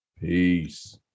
Peace